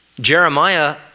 Jeremiah